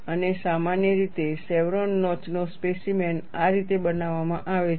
અને સામાન્ય રીતે શેવરોન નોચનો સ્પેસીમેન આ રીતે બતાવવામાં આવે છે